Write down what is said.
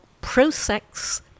pro-sex